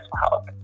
health